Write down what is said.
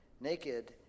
Naked